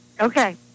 Okay